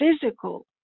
physical